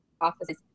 offices